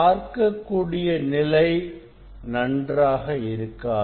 பார்க்கக்கூடிய நிலை நன்றாக இருக்காது